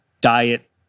diet